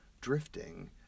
drifting